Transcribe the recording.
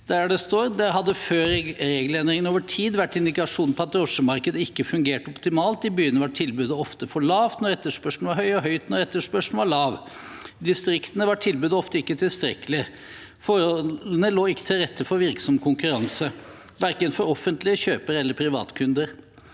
«Det hadde før regelendringene over tid vært indikasjoner på at drosjemarkedet ikke fungerte optimalt. I byene var tilbudet ofte for lavt når etterspørselen var høy, og høyt når etterspørselen var lav. I distriktene var tilbudet ofte ikke tilstrekkelig. Forholdene lå ikke til rette for virksom konkurranse, verken for offentlige kjøpere eller privatkunder